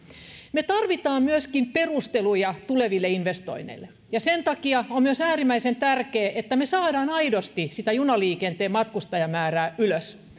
me tarvitsemme myöskin perusteluja tuleville investoinneille ja sen takia on myös äärimmäisen tärkeää että me saamme aidosti sitä junaliikenteen matkustajamäärää ylös